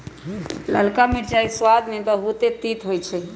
ललका मिरचाइ सबाद में बहुते तित होइ छइ